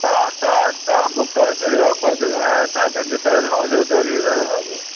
तव्हां तव्हां तव्हां बुक करे छॾियो पोइ जॾहिं तव्हांखे जिते हलणो हुजे हुते हली हलंदासीं